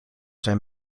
zijn